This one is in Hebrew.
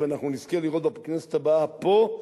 ואנחנו נזכה לראות בכנסת הבאה פה,